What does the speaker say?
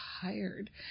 tired